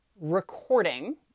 recording